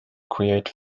create